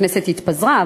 הכנסת התפזרה,